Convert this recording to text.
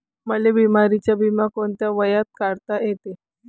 मले बिमारीचा बिमा कोंत्या वयात काढता येते?